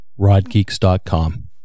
Rodgeeks.com